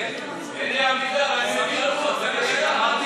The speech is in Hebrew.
אלי אבידר, אני מכיר הכול, מרגי, מרגי,